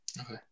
Okay